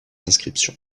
inscriptions